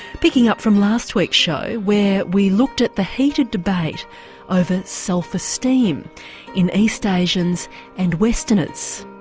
picking up from last week's show where we looked at the heated debate over self-esteem in east asians and westerners.